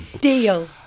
Deal